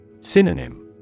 Synonym